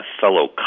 fellow